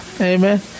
Amen